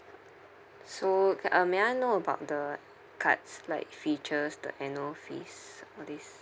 so uh may I know about the cards like features the annual fees all these